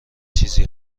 چیزی